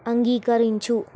అంగీకరించు